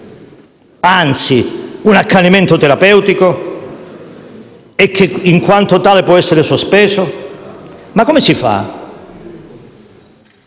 anzi un accanimento terapeutico e che, in quanto tale, può essere sospeso? Ma come si fa?